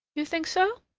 you think so?